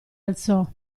alzò